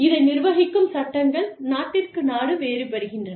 இதை நிர்வகிக்கும் சட்டங்கள் நாட்டிற்கு நாடு வேறுபடுகின்றன